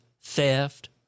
theft